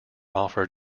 offered